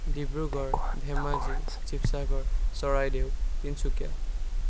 Dibrugarh Dhemaji Sivasagar Charaideo Tinsukia